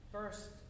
First